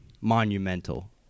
monumental